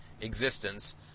existence